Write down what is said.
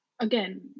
again